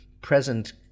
present